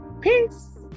Peace